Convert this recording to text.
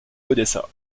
odessa